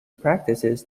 practices